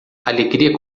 alegria